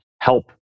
help